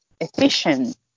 efficient